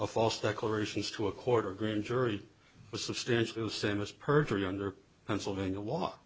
of false declarations to a quarter grand jury was substantially the same as perjury under pennsylvania law